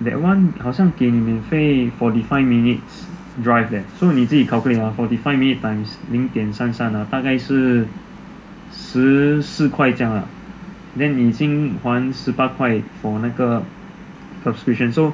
that one 好像给你免费 forty five minutes drive leh 你自己 calculate ah forty five minutes times 零点三三啊大概是十四块这样啦 then 你已经还十八块 for 那个 subscription so